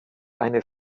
eine